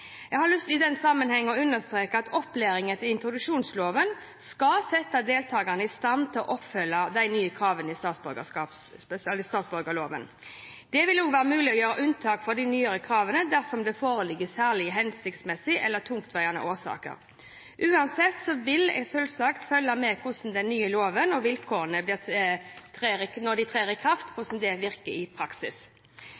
Jeg har i den sammenheng lyst til å understreke at opplæring etter introduksjonsloven skal sette deltakerne i stand til å oppfylle de nye kravene i statsborgerloven. Det vil også være mulig å gjøre unntak fra de nye kravene dersom det foreligger særskilt helsemessige eller andre tungtveiende årsaker. Uansett vil jeg selvsagt følge med på hvordan de nye vilkårene slår ut i praksis etter at de har trådt i kraft. Jeg har også merket meg at et flertall i